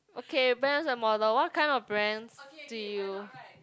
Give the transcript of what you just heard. okay brands or model what kind of brands do you